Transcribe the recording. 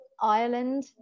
Ireland